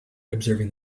observing